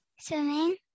Swimming